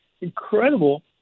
incredible